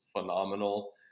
phenomenal